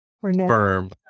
firm